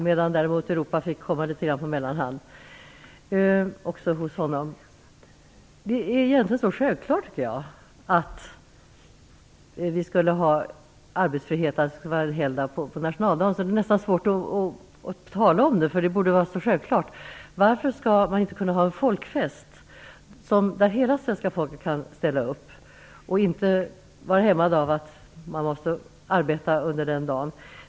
Europa fick däremot komma litet på mellanhand Jag tycker egentligen att det är självklart att nationaldagen skall vara en arbetsfri dag. Det borde vara så självklart att jag nästan tycker att det är svårt att tala om det. Varför kan vi inte ha en folkfest där hela svenska folket kan ställa upp utan att hämmas av att man måste arbeta under den dagen?